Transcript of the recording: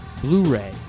Blu-ray